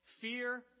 Fear